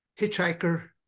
hitchhiker